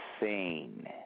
insane